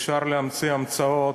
אפשר להמציא המצאות,